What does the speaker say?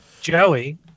Joey